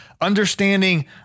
understanding